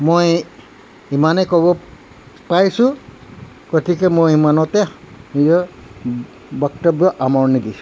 মই ইমানে ক'ব পাৰিছোঁ গতিকে মই ইমানতে নিজৰ বক্তব্য সামৰণি দিছোঁ